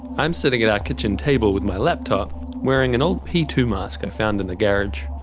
i'm sitting at our kitchen table with my laptop wearing an old p two mask i found in the garage.